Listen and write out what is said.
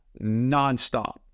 Nonstop